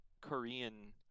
Korean